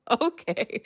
okay